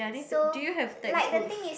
so like the thing is